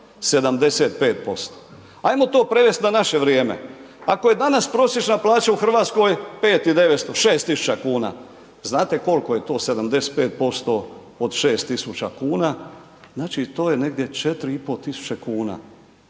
75%. Ajmo to prevesti na naše vrijeme, ako je danas prosječna plaća u Hrvatskoj 5900, 6000 kuna, znate koliko je to 75% od 6 tisuća kuna, znači to je negdje 4,5 tisuće kuna.